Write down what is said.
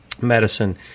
Medicine